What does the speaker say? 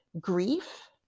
grief